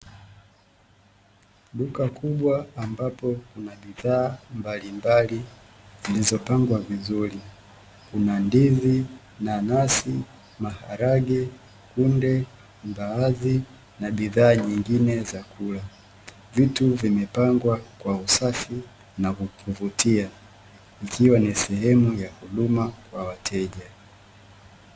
Duka kubwa ambapo kuna bidhaa mbalimbali zilizopangwa vizuri, kuna ndizi, nanasi, maharage, kunde, mbaazi, na bidhaa nyingine za kula, vitu vimepangwa kwa usafi na kuvutia, ikiwa ni sehemu ya huduma kwa wateja.